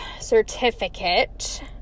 certificate